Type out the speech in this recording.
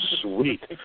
Sweet